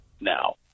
now